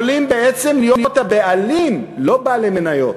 יכולים להיות הבעלים, לא בעלי מניות,